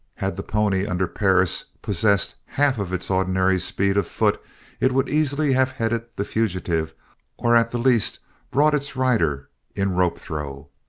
had the pony under perris possessed half of its ordinary speed of foot it would easily have headed the fugitive or at the least brought its rider in rope-throw,